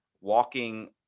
walking